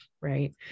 right